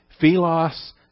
Philos